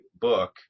book